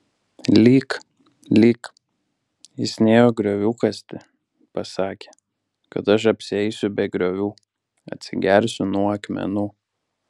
lyk lyk jis nėjo griovių kasti pasakė kad aš apsieisiu be griovių atsigersiu nuo akmenų